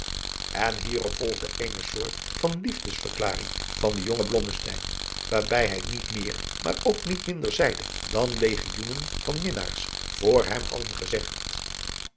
en hierop volgde eene soort van liefdesverklaring van den jongen blommesteyn waarbij hij niet meer maar ook niet minder zeide dan legioenen van minnaars vr hem hadden gezegd